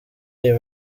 iyi